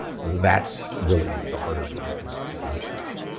that's really the harder part i think in some respects.